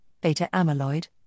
beta-amyloid